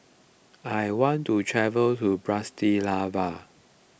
I want to travel to Bratislava